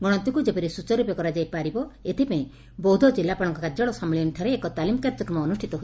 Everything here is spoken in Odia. ଗଶତିକୁ ଯେପରି ସୁଚାରୁ ରୁପେ କରାଯାଇପାରିବ ଏଥିପାଇଁ ବୌଦ୍ଧ ଜିଲ୍ଲାପାଳଙ୍କ କାର୍ଯ୍ୟାଳୟ ସମ୍ମିଳନୀ ଠାରେ ଏକ ତାଲିମ କାର୍ଯ୍ୟକ୍ରମ ଅନୁଷ୍ବିତ ହୋଇଛି